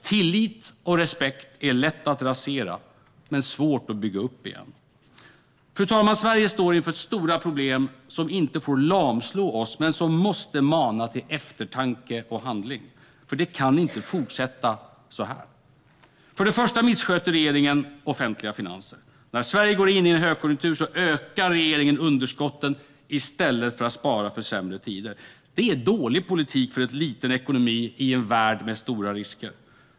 Tillit och respekt är lätt att rasera men svårt att bygga upp igen. Fru talman! Sverige står inför stora problem som inte får lamslå oss men som måste mana till eftertanke och handling, för det kan inte fortsätta så här. För det första missköter regeringen de offentliga finanserna. När Sverige går in i en högkonjunktur ökar regeringen underskotten i stället för att spara för sämre tider. Det är dålig politik för en liten ekonomi i en värld med stora risker.